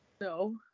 No